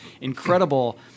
incredible